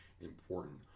important